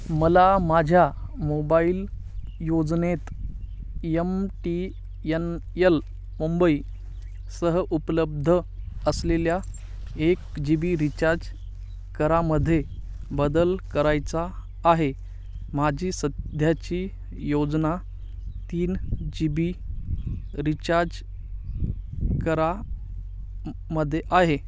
मला माझ्या मोबाईल योजनेत यम टी यन यल मुंबईसह उपलब्ध असलेल्या एक जी बी रिचार्ज करामध्ये बदल करायचा आहे माझी सध्याची योजना तीन जी बी रिचार्ज करा मध्ये आहे